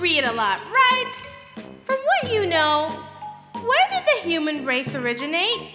read a lot you know a human race originating